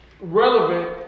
relevant